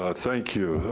ah thank you,